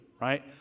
right